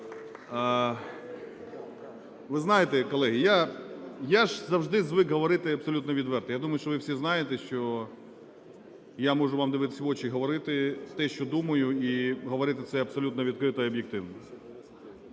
Ви знаєте, колеги, я ж завжди звик говорити абсолютно відверто. Я думаю, що ви всі знаєте, що я можу вам дивитися в очі і говорити те, що думаю, і говорити це абсолютно відкрито і об'єктивно.